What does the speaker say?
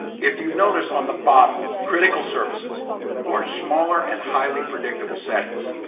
if you notice on the bottom, critical services or smaller and highly predictable settings.